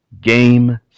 Game